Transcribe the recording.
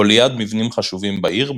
או ליד מבנים חשובים בעיר,